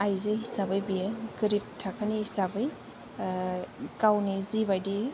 आइजो हिसाबै बियो गोरिब थाखोनि हिसाबै गावनि जिबायदि